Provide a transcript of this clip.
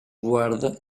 guarda